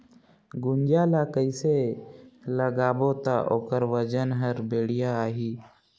गुनजा ला कइसे लगाबो ता ओकर वजन हर बेडिया आही?